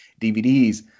DVDs